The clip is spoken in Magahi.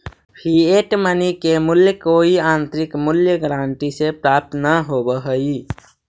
फिएट मनी के मूल्य कोई आंतरिक मूल्य गारंटी से प्राप्त न होवऽ हई